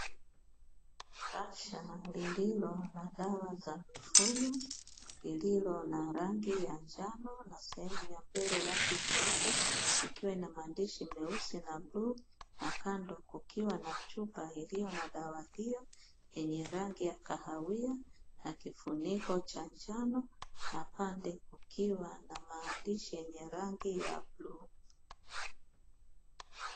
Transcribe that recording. Kasha lililo na dawa za mifugo lililo na rangi njano na sehemu ya mbele rangi nyeupe, likiwa na maandishi meusi na bluu na kando kukiwa na chupa iliyo na dawa hiyo yenye rangi ya kahawia na kifuniko cha njano. Na pande kukiwa na maandishi yenye rangi ya bluu.